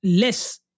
less